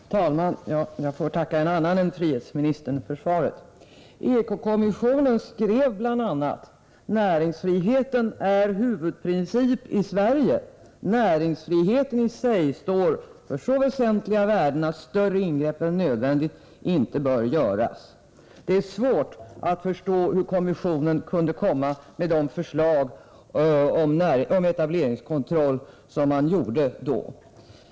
Herr talman! Jag får tacka en annan minister än frihetsministern för svaret. EKO-kommissionen har bl.a. skrivit följande: ”Näringsfriheten är huvudprincip i Sverige. ——— Näringsfriheten i sig står för så väsentliga värden att större ingrepp än nödvändigt inte bör göras.” Det är svårt att förstå hur kommissionen kunde komma med sådana förslag till etableringskontroll som man då lade fram.